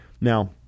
Now